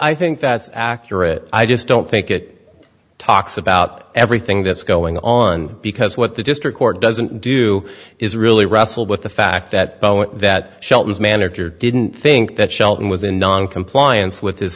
i think that's accurate i just don't think it talks about everything that's going on because what the district court doesn't do is really wrestle with the fact that that shelters manager didn't think that shelton was in noncompliance with his